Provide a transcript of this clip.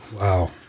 Wow